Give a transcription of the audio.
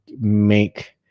make